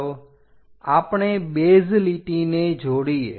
ચાલો આપણે બેઝ લીટીને જોડીએ